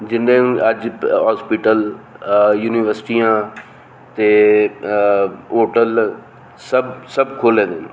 जि'नें अज्ज हाॅस्पिटल यूनिबर्सटियां ते होटल सब खोह्ले दे न